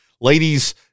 ladies